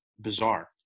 bizarre